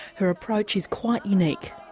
her approach is quite unique.